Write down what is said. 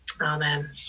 Amen